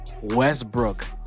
Westbrook